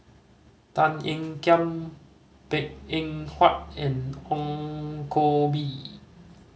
Tan Ean Kiam Png Eng Huat and Ong Koh Bee